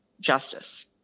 justice